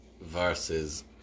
versus